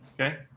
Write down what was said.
okay